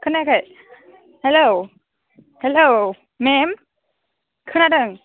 खोनायाखै हेल्ल' मेम खोनादों